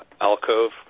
alcove